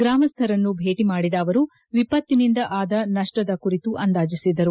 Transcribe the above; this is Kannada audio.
ಗ್ರಾಮಸ್ವರನ್ನು ಭೇಟಿ ಮಾಡಿದ ಅವರು ವಿಪತ್ತಿನಿಂದ ಆದ ನಷ್ವದ ಕುರಿತು ಅಂದಾಜಿಸಿದರು